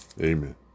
amen